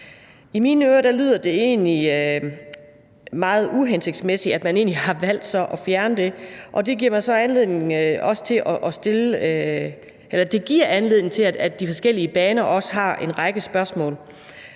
I mine ører lyder det egentlig meget uhensigtsmæssigt, at man så har valgt at fjerne det, og det giver også anledning til, at de fra de forskellige baners side har en række spørgsmål,